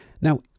Now